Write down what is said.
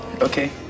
Okay